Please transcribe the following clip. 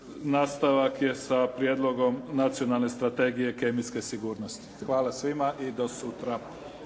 Nastavak je sa Prijedlogom nacionalne strategije kemijske sigurnosti. Hvala. **Bebić, Luka